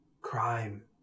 Crime